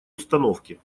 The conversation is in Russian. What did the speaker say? установки